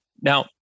Now